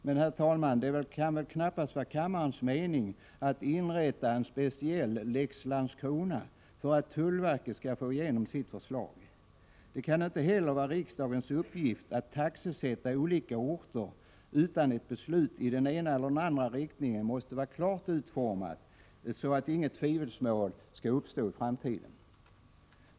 Men det kan väl knappast vara kammarens mening att införa en Lex Landskrona för att tullverket skall få igenom sitt förslag. Det kan inte heller vara riksdagens uppgift att taxesätta olika orter, utan ett beslut i den ena eller andra riktningen måste vara klart utformat så att inget tvivelsmål uppstår i framtiden.